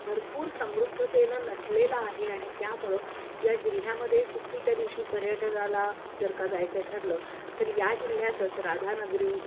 भरपूर समृद्धतेनं नटलेलं आहे आणि त्यामुळं या जिल्ह्यामध्ये सुट्टीच्या दिवशी पर्यटनाला जर का जायचं ठरलं तर या जिल्ह्यातच राधानगरी